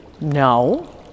No